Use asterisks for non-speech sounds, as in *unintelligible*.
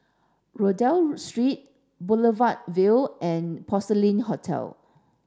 Rodyk *unintelligible* Street Boulevard Vue and Porcelain Hotel